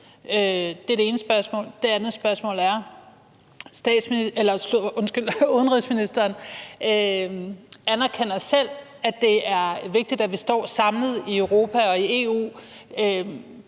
Det er det ene spørgsmål. Det andet spørgsmål er: Udenrigsministeren anerkender selv, at det er vigtigt, at vi står samlet i Europa og i EU,